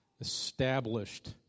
established